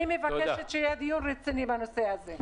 אני מבקשת שייתקיים דיון רציני על הנושא הזה.